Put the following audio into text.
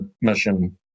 mission